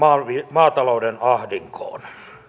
maatalouden ahdinkoon